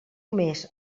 més